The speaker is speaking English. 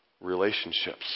relationships